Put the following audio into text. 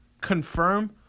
confirm